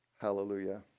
Hallelujah